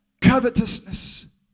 covetousness